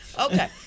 okay